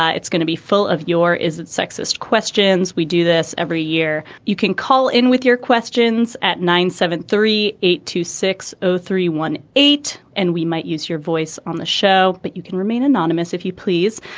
ah it's gonna be full of your is it sexist questions? we do this every year. you can call in with your questions at nine seven three eight two six zero three one eight. and we might use your voice on the show, but you can remain anonymous if you please.